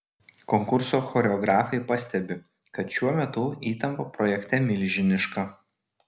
konkurso choreografai pastebi kad šiuo metu įtampa projekte milžiniška